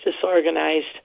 disorganized